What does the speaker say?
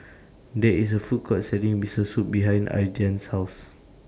There IS A Food Court Selling Miso Soup behind Aydan's House